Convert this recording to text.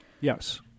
Yes